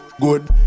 Good